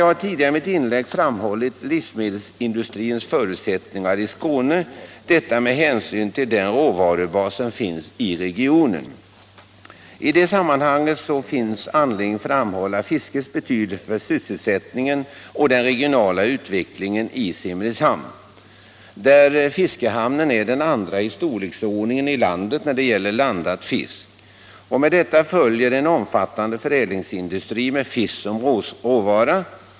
Jag har tidigare i mitt anförande framhållit livsmedelsindustrins förutsättningar i Skåne, detta med hänsyn till den råvarubas som finns i regionen. I detta sammanhang finns det anledning att framhålla fiskets betydelse för sysselsättningen och den regionala utvecklingen i Simrishamn, där fiskehamnen är den andra i storlek i landet när det gäller landad fisk. Med detta följer en omfattande förädlingsindustri med fisk som råvara.